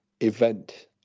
event